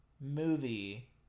movie